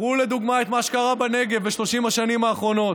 קחו לדוגמה את מה שקרה בנגב ב-30 השנים האחרונות.